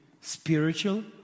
spiritual